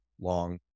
long